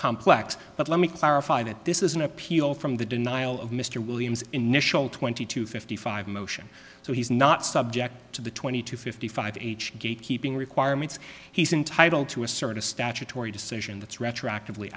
complex but let me clarify that this is an appeal from the denial of mr williams initial twenty to fifty five motion so he's not subject to the twenty to fifty five age gatekeeping requirements he's entitled to assert a statutory decision that's retroactive